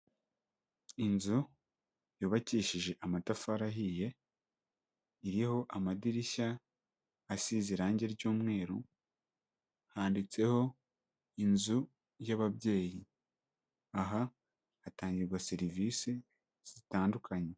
Inzu yubakishije amatafari ahiye, iriho amadirishya asize irangi ry'umweru, handitseho inzu y'ababyeyi, aha hatangirwa serivisi zitandukanye.